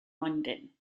london